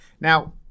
Now